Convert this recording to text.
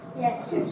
Yes